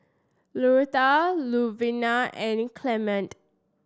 Loretta Luvinia and Clement